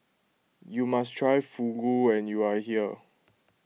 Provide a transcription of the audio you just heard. you must try Fugu when you are here